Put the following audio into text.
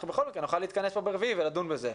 נוכל בכל מקרה להתכנס פה ביום רביעי ולדון בזה,